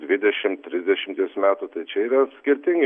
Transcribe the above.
dvidešim trisdešimties metų tai čia yra skirtingi